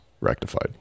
rectified